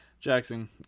Jackson